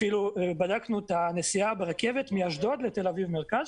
אפילו בדקנו את הנסיעה ברכבת מאשדוד לתל אביב מרכז,